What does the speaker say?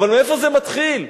אבל מאיפה זה מתחיל?